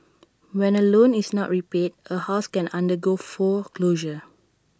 when A loan is not repaid A house can undergo foreclosure